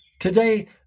Today